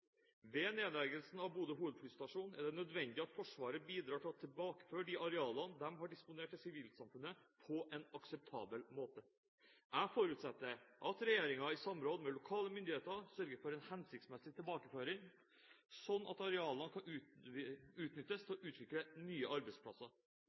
Ved nedleggelsen av Bodø hovedflystasjon er det nødvendig at Forsvaret på en akseptabel måte bidrar til å tilbakeføre de arealene de har disponert, til sivilsamfunnet. Jeg forutsetter at regjeringen i samråd med lokale myndigheter sørger for en hensiktsmessig tilbakeføring, slik at arealene kan utnyttes